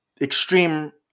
extreme